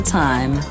time